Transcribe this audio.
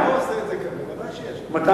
אתה לא עושה את זה כאן, ודאי שיש, מתי?